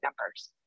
numbers